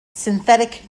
synthetic